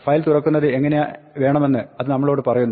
file തുറക്കുന്നത് എങ്ങിനെ വേണമെന്ന് അത് നമ്മളോട് പറയുന്നു